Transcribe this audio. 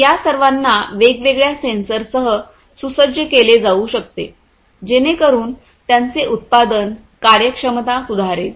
तर या सर्वांना वेगवेगळ्या सेन्सरसह सुसज्ज केले जाऊ शकते जेणेकरून त्यांचे उत्पादनकार्यक्षमता सुधारेल